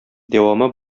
дәвамы